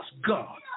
God